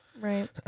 Right